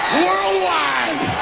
worldwide